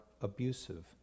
abusive